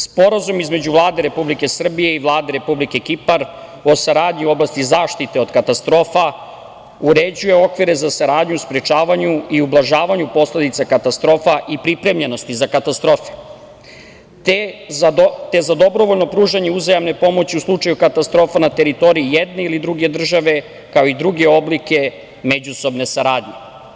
Sporazum između Vlade Republike Srbije i Vlade Republike Kipar o saradnji u oblasti zaštite od katastrofa uređuje okvire za saradnju, sprečavanje i ublažavanje posledica katastrofa i pripremljenosti za katastrofe, te za dobrovoljno pružanje uzajamne pomoći u slučaju katastrofa na teritoriji jedne ili druge države, kao i druge oblike međusobne saradnje.